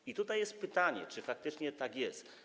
I tutaj jest pytanie, czy faktycznie tak jest.